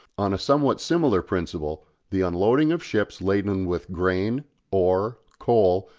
on a somewhat similar principle the unloading of ships laden with grain, ore, coal,